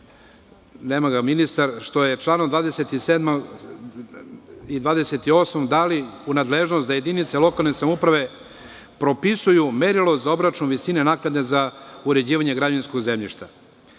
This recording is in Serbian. da je dobro što se članom 27. i 28. daju nadležnosti da jedinice lokalne samouprave propisuju merilo za obračun visine naknade za uređivanje građevinskog zemljišta.